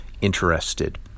interested